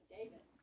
David